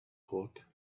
hot